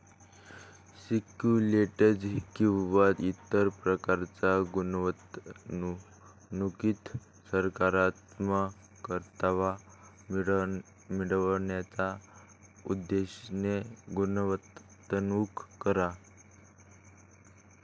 securities किंवा इतर प्रकारच्या गुंतवणुकीत सकारात्मक परतावा मिळवण्याच्या उद्देशाने गुंतवणूक करा